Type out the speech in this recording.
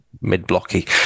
mid-blocky